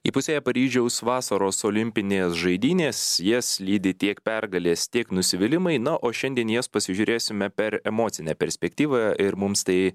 įpusėja paryžiaus vasaros olimpinės žaidynės jas lydi tiek pergalės tiek nusivylimai na o šiandien jas pasižiūrėsime per emocinę perspektyvą ir mums tai